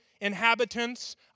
inhabitants